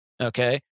Okay